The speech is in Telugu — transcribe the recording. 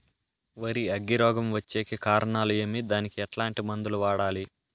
వరి అగ్గి రోగం వచ్చేకి కారణాలు ఏమి దానికి ఎట్లాంటి మందులు వాడాలి?